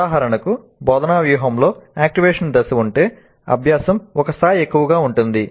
ఉదాహరణకు బోధనా వ్యూహంలో ఆక్టివేషన్ దశ ఉంటే అభ్యాసం ఒక స్థాయి ఎక్కువగా ఉంటుంది